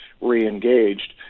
re-engaged